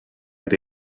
oedd